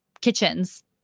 kitchens